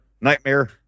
Nightmare